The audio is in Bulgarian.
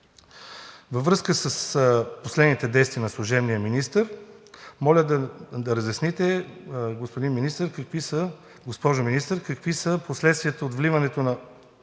Във връзка с последните действия на служебния министър, моля да разясните, госпожо Министър, какви са последствията от вливането на